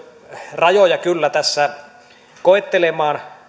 rajoja kyllä koettelemaan